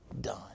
done